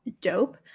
dope